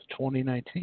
2019